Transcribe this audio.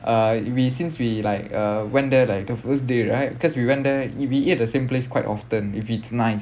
uh we since we like uh went there like the first day right because we went there eat we ate the same place quite often if it's nice